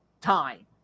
time